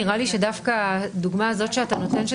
נראה לי שדווקא הדוגמה הזאת שאתה נותן,